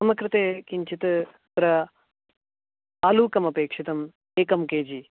मम कृते किञ्चित् तत्र आलूकमपेक्षितं एकं के जि